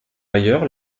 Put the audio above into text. ailleurs